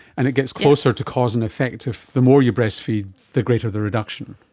and it gets closer to cause and effect if the more you breastfeed, the greater the reduction.